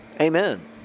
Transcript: Amen